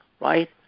right